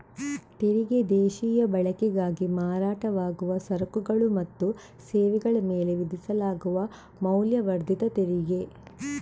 ತೆರಿಗೆ ದೇಶೀಯ ಬಳಕೆಗಾಗಿ ಮಾರಾಟವಾಗುವ ಸರಕುಗಳು ಮತ್ತು ಸೇವೆಗಳ ಮೇಲೆ ವಿಧಿಸಲಾಗುವ ಮೌಲ್ಯವರ್ಧಿತ ತೆರಿಗೆ